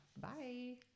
Bye